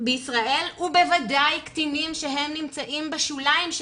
בישראל ובוודאי קטינים שהם נמצאים בשוליים,